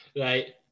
Right